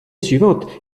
suivante